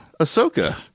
Ahsoka